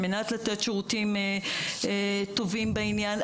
על מנת לתת שירותים טובים בעניין.